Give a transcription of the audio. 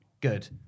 Good